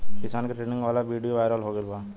किसान के ट्रेनिंग वाला विडीओ वायरल हो गईल बा